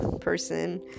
person